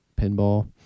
pinball